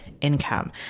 income